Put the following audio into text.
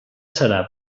serà